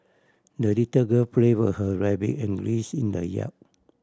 the little girl played with her rabbit and geese in the yard